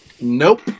nope